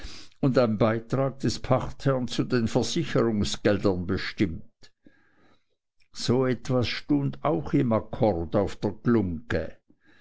und ein beitrag des pachtherrn zu den versicherungsgeldern bestimmt so etwas stund auch im akkord auf der